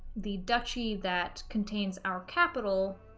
the duchy that contains our capital